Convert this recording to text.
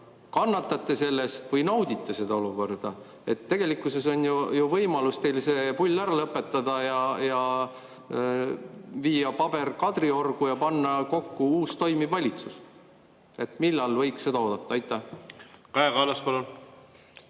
kannatate selles või naudite seda olukorda. Tegelikkuses on ju võimalus teil see pull ära lõpetada, viia paber Kadriorgu ja panna kokku uus toimiv valitsus. Millal võiks seda oodata? Aitäh,